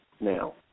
now